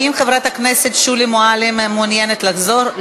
האם חברת הכנסת שולי מועלם מעוניינת לחזור?